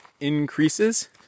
increases